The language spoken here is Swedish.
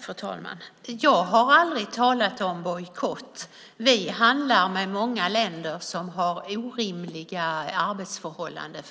Fru talman! Jag har aldrig talat om bojkott. Vi handlar med många länder där arbetskraften har orimliga arbetsförhållanden.